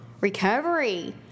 Recovery